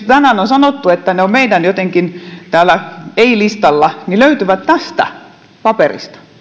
tänään on sanottu että ne ovat jotenkin täällä meidän ei listalla löytyvät tästä paperista